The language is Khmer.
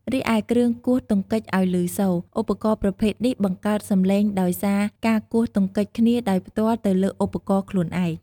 រីឯគ្រឿងគោះទង្គិចឲ្យព្ញសូរ ឧបករណ៍ប្រភេទនេះបង្កើតសំឡេងដោយសារការគោះទង្គិចគ្នាដោយផ្ទាល់ទៅលើឧបករណ៍ខ្លួនឯង។